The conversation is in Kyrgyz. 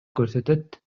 көрсөтөт